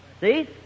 See